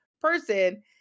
person